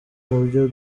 mubyo